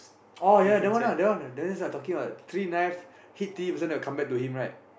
oh ya that one ah that one that one I talking about three knives then they'll come back to him right